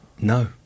no